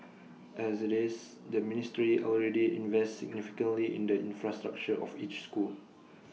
as IT is the ministry already invests significantly in the infrastructure of each school